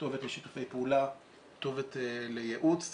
כתובת לשיתופי פעולה, כתובת לייעוץ,